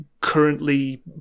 currently